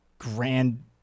grand